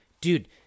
dude